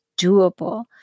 doable